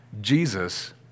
Jesus